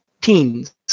teens